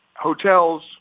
hotels